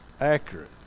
accurate